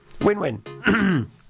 Win-win